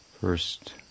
First